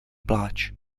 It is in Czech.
pláč